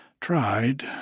tried